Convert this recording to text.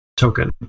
token